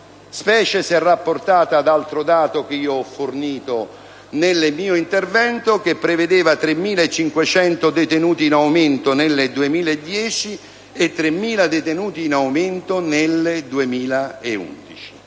specie se rapportata ad altro dato - che io ho fornito nel mio intervento - che prevedeva 3.500 detenuti in aumento nel 2010 e 3.000 detenuti in aumento nel 2011.